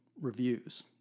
reviews